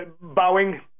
Bowing